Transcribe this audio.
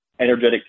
energetic